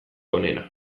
onena